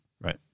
Right